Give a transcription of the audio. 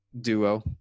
duo